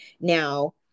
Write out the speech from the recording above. now